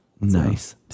Nice